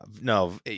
no